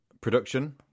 production